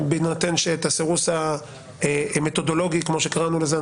בהינתן שאת הסירוס המתודולוגי כמו שקראנו לזה,